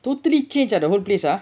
totally change ah the whole place ah